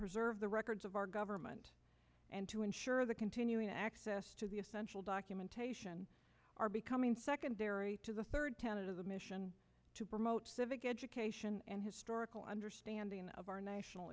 preserve the records of our government and to ensure the continuing access to the essential documentation are becoming secondary to the third tenet of the mission to promote civic education and historical understanding of our national